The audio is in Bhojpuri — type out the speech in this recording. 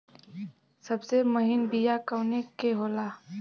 सबसे महीन बिया कवने के होला?